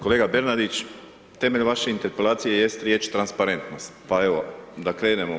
Kolega Bernardić, temeljem vaše interpelacije jest riječ transparentnost pa evo, da krenemo.